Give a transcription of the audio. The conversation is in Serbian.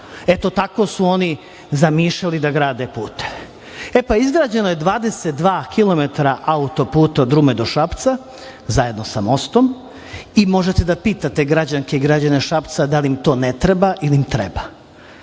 Tako su oni zamišljali da grade puteve. Izgrađeno je 22 kilometra autoputa od Rume do Šapca, zajedno sa mostom, i možete da pitate građanke i građane Šapca da li im to ne treba ili im treba.